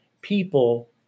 people